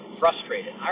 frustrated